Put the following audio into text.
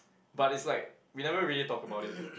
but it's like we never really talk about it